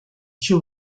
she